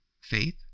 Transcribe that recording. faith